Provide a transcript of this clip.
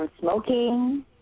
smoking